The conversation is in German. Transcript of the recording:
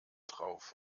drauf